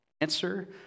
answer